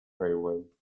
railway